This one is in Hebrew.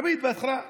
תמיד בהתחלה,